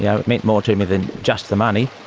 yeah it meant more to me than just the money.